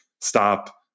stop